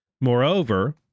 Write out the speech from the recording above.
Moreover